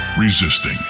resisting